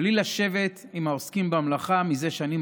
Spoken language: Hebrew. בלי לשבת עם העוסקים במלאכה מזה שנים